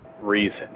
reason